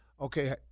Okay